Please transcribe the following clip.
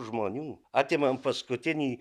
žmonių atimam paskutinį